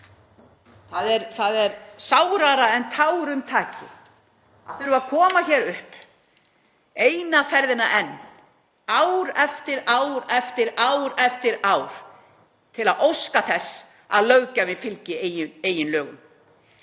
Það er sárara en tárum taki að þurfa að koma hér upp eina ferðina enn, ár eftir ár eftir ár, til að óska þess að löggjafinn fylgi eigin lögum.